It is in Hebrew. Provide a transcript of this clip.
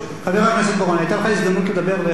היתה לך הזדמנות לדבר והחמצת אותה לפני עשר דקות.